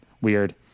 weird